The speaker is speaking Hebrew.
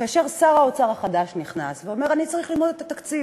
כאשר שר האוצר החדש נכנס ואומר: אני צריך ללמוד את התקציב,